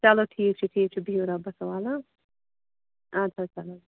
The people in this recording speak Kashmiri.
چلو ٹھیٖک چھُ ٹھیٖک چھُ بِہِو رۄبَس حوال ہا اَدٕ سا چلو